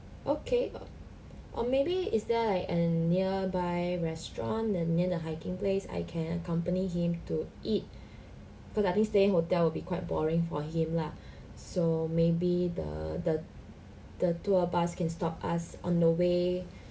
okay or maybe is there like an nearby restaurant the near the hiking place I can accompany him to eat cause I think stay in hotel will be quite boring for him lah so maybe the the the tour bus can stop us on the way